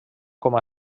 com